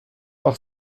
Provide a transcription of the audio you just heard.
par